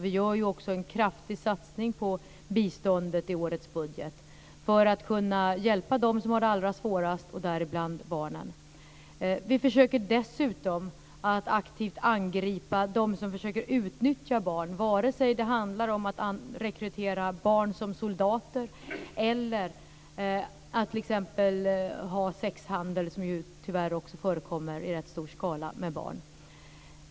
Vi gör ju också en kraftig satsning på biståndet i årets budget för att kunna hjälpa dem som har det allra svårast, och däribland barnen. Vi försöker dessutom att aktivt angripa dem som försöker utnyttja barn vare sig det handlar om rekrytering av barn som soldater eller t.ex. sexhandel med barn, som tyvärr också förekommer i rätt stor skala.